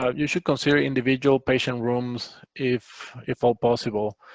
ah you should consider individual patient rooms, if if all possible.